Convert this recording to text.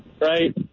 right